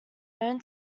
known